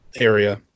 area